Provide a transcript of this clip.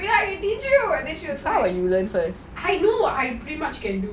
how about you learn first